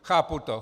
Chápu to.